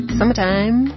Summertime